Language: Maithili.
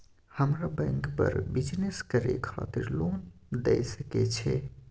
हमरा बैंक बर बिजनेस करे खातिर लोन दय सके छै?